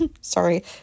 sorry